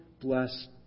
bless